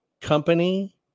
company